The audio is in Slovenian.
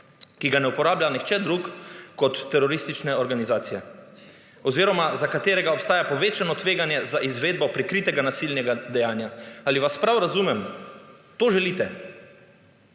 ki ga ne uporablja nihče drug kot teroristične organizacije oziroma za katerega obstaja povečano tveganje za izvedbo prikritega nasilnega dejanja. Ali vas prav razumem, to želite?